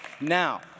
Now